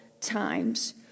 times